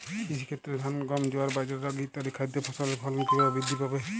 কৃষির ক্ষেত্রে ধান গম জোয়ার বাজরা রাগি ইত্যাদি খাদ্য ফসলের ফলন কীভাবে বৃদ্ধি পাবে?